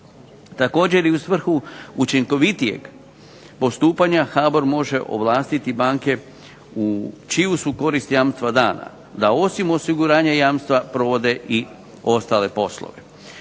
Također i u svrhu učinkovitijeg postupanja HBOR može ovlastiti banke u čiju su korist jamstva dana da osim osiguranja jamstva provode i ostale poslove.